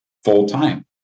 full-time